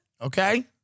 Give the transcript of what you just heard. Okay